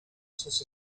sus